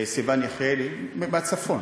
סיון יחיאלי, מהצפון,